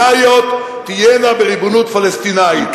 השכונות הפלסטיניות תהיינה בריבונות פלסטינית.